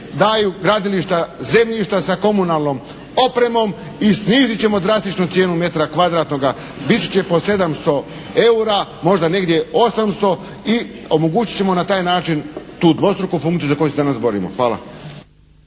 daju gradilišta, zemljišta sa komunalnom opremom i snizit ćemo drastičnu cijenu metra kvadratnoga, biti će po 700 eura, možda negdje 800 i omogućit ćemo na taj način tu dvostruku funkciju za koju se danas borimo. Hvala.